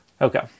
okay